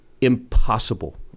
impossible